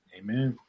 Amen